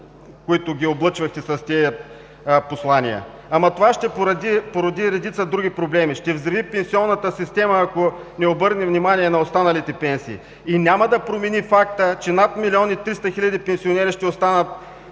като ги облъчвахте с тези послания. Това обаче ще породи редица други проблеми. Ще взриви пенсионната система, ако не обърнем внимание на останалите пенсии и няма да промени факта, че над 1 млн. 300 хил. пенсионери ще останат